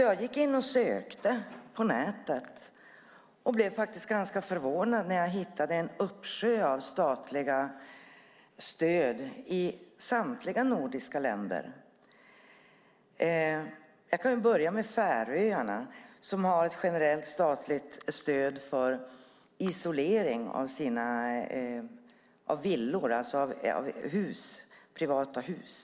Jag gick in och sökte på nätet och blev ganska förvånad när jag hittade en uppsjö av statliga stöd i samtliga nordiska länder. Jag kan börja med Färöarna, som har ett generellt statligt stöd för isolering av privata hus.